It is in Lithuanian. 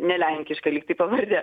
ne lenkiška lyg tai pavardė